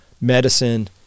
medicine